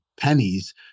pennies